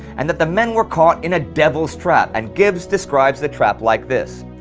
and that the men were caught in a devil's trap, and gibbs describes the trap like this,